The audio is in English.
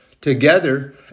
together